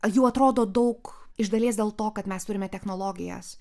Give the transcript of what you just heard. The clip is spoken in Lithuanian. jų atrodo daug iš dalies dėl to kad mes turime technologijas